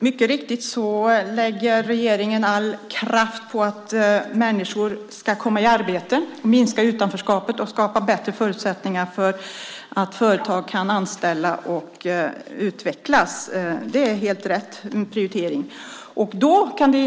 Herr talman! Mycket riktigt lägger regeringen all kraft på att människor ska komma i arbete, på att minska utanförskapet och på att skapa bättre förutsättningar för att företag ska kunna anställa och utvecklas. Det är en helt riktig prioritering.